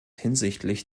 hinsichtlich